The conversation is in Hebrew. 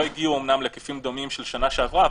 לא הגיעו להיקפים דומים של שנה שעברה,